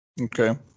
Okay